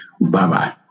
Bye-bye